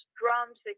drums